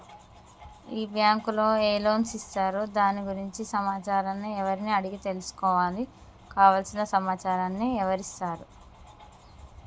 ఈ బ్యాంకులో ఏ లోన్స్ ఇస్తారు దాని గురించి సమాచారాన్ని ఎవరిని అడిగి తెలుసుకోవాలి? కావలసిన సమాచారాన్ని ఎవరిస్తారు?